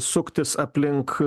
suktis aplink